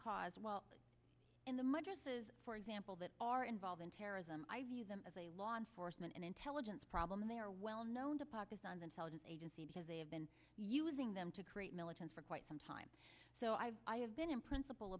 cause well in the much ases for example that are involved in terrorism i view them as a law enforcement and intelligence problem they are well known to pakistan's intelligence agency because they have been using them to create militants for quite some time so i have been in principle